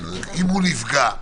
אם הוא נפגע,